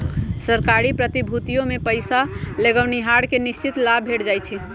सरकारी प्रतिभूतिमें पइसा लगैनिहार के निश्चित लाभ भेंट जाइ छइ